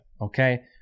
Okay